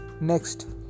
Next